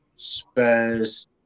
spurs